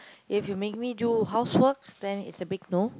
if you make me do housework then it's a big no